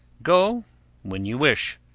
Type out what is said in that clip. go when you wish,